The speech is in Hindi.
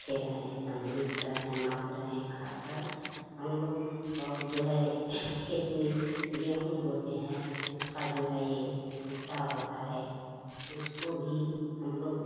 अच्छे रहें तन्दुरुस्त रहें मस्त रहें खाकर हम लोग और जो है खेत में गेहूँ बोते हैं उसका जो है ये भूसा होता है उसको भी हम लोग